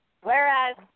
Whereas